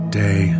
day